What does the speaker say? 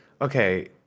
okay